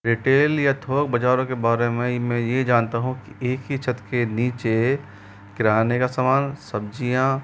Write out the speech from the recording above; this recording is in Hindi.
रिटेल या थोक बाज़ारों के बारे में इन में ये जानता हूँ कि एक ही छत्त के नीचे किराने का समान सब्ज़ियाँ